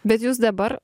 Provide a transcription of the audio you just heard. bet jūs dabar